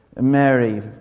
Mary